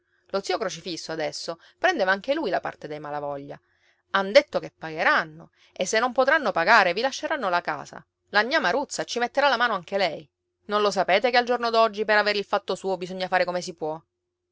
lo zio crocifisso adesso prendeva anche lui la parte dei malavoglia han detto che pagheranno e se non potranno pagare vi lasceranno la casa la gnà maruzza ci metterà la mano anche lei non lo sapete che al giorno d'oggi per avere il fatto suo bisogna fare come si può